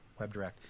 WebDirect